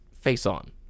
face-on